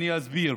אני אסביר: